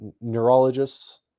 neurologists